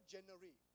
January